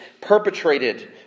perpetrated